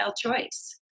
choice